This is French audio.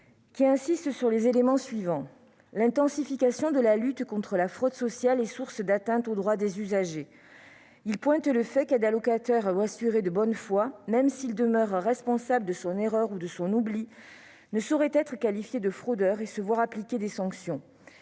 qui insiste sur le fait que l'intensification de la lutte contre la fraude sociale est source d'atteintes aux droits des usagers ; qui pointe le fait qu'un « allocataire ou assuré de bonne foi, même s'il demeure responsable de son erreur ou de son oubli, ne saurait être qualifié de fraudeur et se voir appliquer des sanctions